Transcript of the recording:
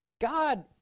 God